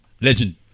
Legend